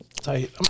tight